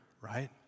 Right